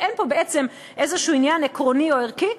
ואין פה בעצם איזה עניין עקרוני או ערכי,